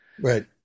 Right